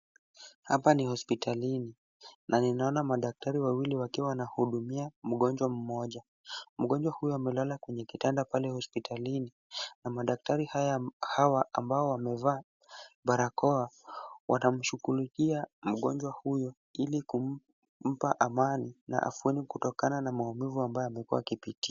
Hapa ni hospitalini na ninaona madaktari wawili wakiwa wanahudumia mgonjwa mmoja. Mgonjwa huyo amelala kwenye kitanda hospitalini na madaktari hawa ambao wamevaa barakoa wanamshughulikia mgonjwa huyo ili kumpa amani na afueni kutokana na maumivu ambayo amekuwa akipitia.